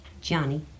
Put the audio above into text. Johnny